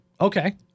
Okay